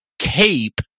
cape